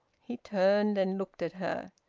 he turned and looked at her.